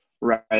right